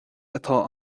atá